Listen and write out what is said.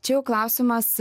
čia jau klausimas